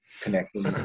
connecting